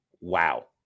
Wow